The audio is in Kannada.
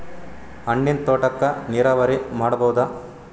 ಹಣ್ಣಿನ್ ತೋಟಕ್ಕ ನೀರಾವರಿ ಮಾಡಬೋದ?